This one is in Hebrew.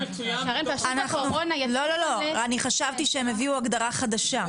--- אני חשבתי שהם הביאו הגדרה חדשה,